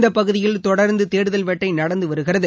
இந்த பகுதியில் தொடர்ந்து தேடுதல் வேட்டை நடந்து வருகிறது